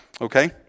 Okay